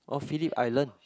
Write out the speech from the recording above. oh Phillip Island